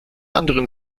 anderen